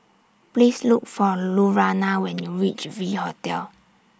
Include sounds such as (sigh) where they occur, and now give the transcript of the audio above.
Please Look For Lurana (noise) when YOU REACH V Hotel